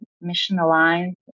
mission-aligned